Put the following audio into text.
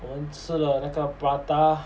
我们吃了那个 prata